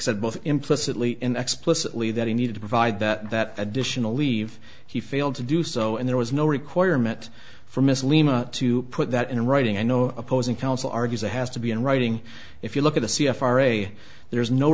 said both implicitly and explicitly that he needed to provide that that additional leave he failed to do so and there was no requirement for miss lima to put that in writing i know opposing counsel argues it has to be in writing if you look at the c f r a there is no